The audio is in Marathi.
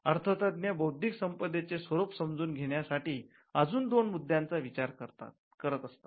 अर्थतज्ञ बौद्धिक संपदेचे स्वरूप समजून घेण्यासाठी अजून दोन मुद्द्यांचा विचार करत असतात